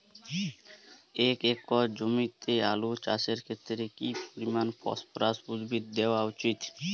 এক একর জমিতে আলু চাষের ক্ষেত্রে কি পরিমাণ ফসফরাস উদ্ভিদ দেওয়া উচিৎ?